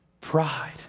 pride